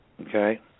Okay